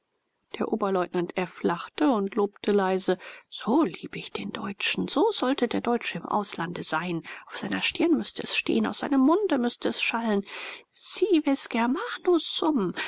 der oberleutnant f lachte und lobte leise so liebe ich den deutschen so sollte der deutsche im auslande sein auf seiner stirn müßte es stehen aus seinem munde müßte es schallen civis germanus sum